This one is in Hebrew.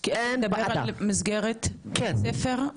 כי אין --- אתה מדבר על מסגרת בית ספר,